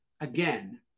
again